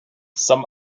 some